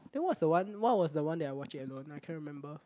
then what was the one what was the one that I watch it alone I cannot remember